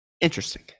interesting